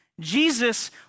Jesus